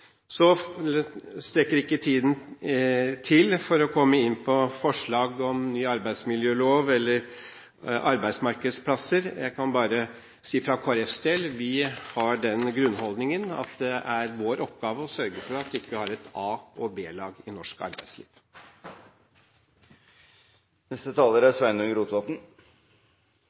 strekker ikke til til å komme inn på forslag om ny arbeidsmiljølov eller arbeidsmarkedsplasser. Jeg kan bare si for Kristelig Folkepartis del at vi har den grunnholdningen at det er vår oppgave å sørge for at vi ikke har et A-lag og et B-lag i norsk